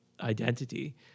identity